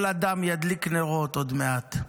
כל אדם ידליק נרות עוד מעט,